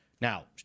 Now